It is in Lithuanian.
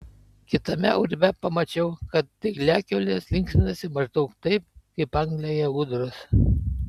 kitame urve pamačiau kad dygliakiaulės linksminasi maždaug taip kaip anglijoje ūdros